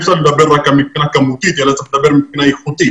אי אפשר לדבר רק על מבחינה כמותית אלא צריך לדבר מבחינה איכותית.